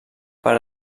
per